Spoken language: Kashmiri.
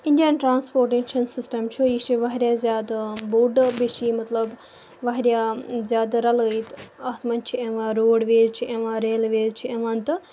اِنڈیَن ٹرٛانَسپوٹیشَن سِسٹَم چھُ یہِ چھِ واریاہ زیادٕ بوڑ بیٚیہِ چھِ یہِ مطلب واریاہ زیادٕ رَلٲیِتھ اَتھ منٛز چھِ یِوان روڈویز چھِ یِوان ریلویز چھِ یِوان تہٕ